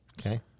Okay